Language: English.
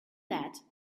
that